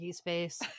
face